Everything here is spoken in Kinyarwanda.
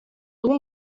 ubu